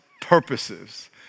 purposes